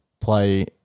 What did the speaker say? play